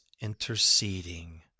interceding